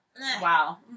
Wow